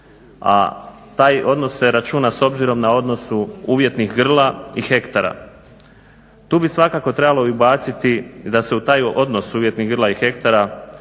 A taj odnos se računa s obzirom na odnosu uvjetnih grla i hektara. Tu bi svakako trebalo i ubaciti da se u taj odnos uvjetnih grla i hektara